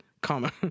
comma